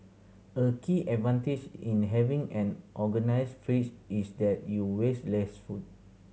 a key advantage in having an organised fridge is that you waste less food